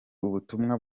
ubutumwa